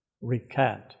recant